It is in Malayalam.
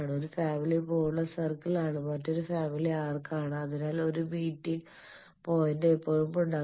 ഒരു ഫാമിലി പൂർണ്ണ സർക്കിൾ ആണ് മറ്റൊരു ഫാമിലി ആർക്ക് ആണ് അതിനാൽ ഒരു മീറ്റിംഗ് പോയിന്റ് എപ്പോഴും ഉണ്ടാകും